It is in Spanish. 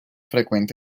frecuente